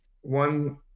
one